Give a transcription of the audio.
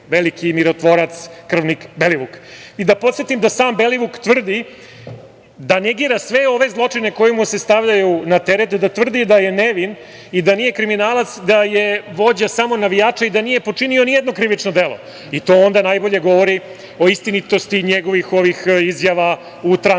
veliki mirotvorac, krvnik Belivuk.I da podsetim da sam Belivuk tvrdi da negira sve ove zločine koji mu se stavljaju na teret, da tvrdi da je nevin i da nije kriminalac, da je vođa samo navijača i da nije počinio nijedno krivično delo i to onda najbolje govori, o istinitosti njegovih ovih izjava u transkriptu